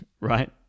right